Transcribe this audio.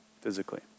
physically